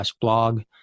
blog